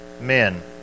men